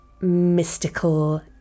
mystical